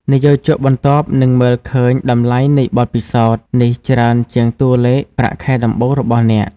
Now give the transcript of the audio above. និយោជកបន្ទាប់នឹងមើលឃើញតម្លៃនៃបទពិសោធន៍នេះច្រើនជាងតួលេខប្រាក់ខែដំបូងរបស់អ្នក។